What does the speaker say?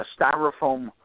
styrofoam